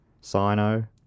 Sino